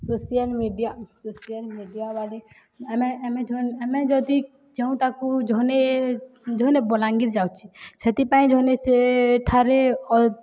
social media social media ବଳି ଆମେ ଆମେ ଆମେ ଯଦି ଯେଉଁଟାକୁ ଜନେ ଜନେ ବଲାଙ୍ଗୀର୍ ଯାଉଛି ସେଥିପାଇଁ ଜନେ ସେଠାରେ